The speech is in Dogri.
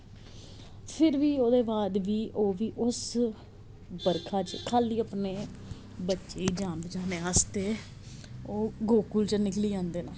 फिर बी ओह्दे बाद बी ओह् बी उस बरखा च खा'ल्ली अपनी बच्चे दी जान बचाने आस्तै ओह् गोकुल च निकली जंदे न